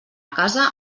casa